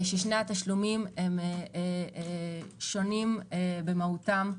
ששני התשלומים שונים במהותם,